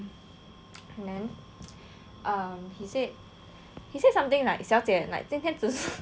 then um he said he said something like 小姐 like 今天只是